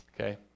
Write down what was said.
Okay